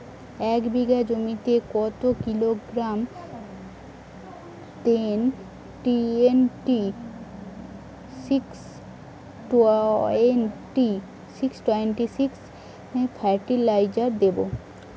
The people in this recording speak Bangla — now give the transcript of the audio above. এক বিঘা জমিতে কত kilogram ten twenty six twenty six fertiliser দেবো?